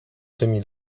tymi